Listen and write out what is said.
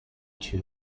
two